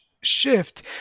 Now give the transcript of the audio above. shift